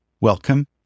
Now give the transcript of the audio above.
Welcome